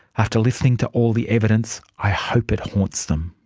after listening to all the evidence, i hope it haunts them.